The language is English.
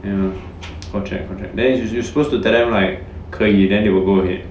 ya call check call check then you supposed to tell them like 可以 then they will go ahead